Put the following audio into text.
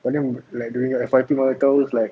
but then like during your F_Y_P mana tahu like